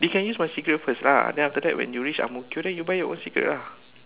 you can use my cigarette first lah and then after that when you reach Ang-Mo-Kio you buy your own cigarette lah